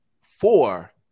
four